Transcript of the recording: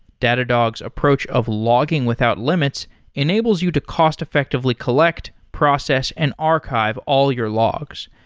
datadog's approach of logging without limits enables you to cost effectively collect, process and archive all your logs.